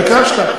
ביקשת.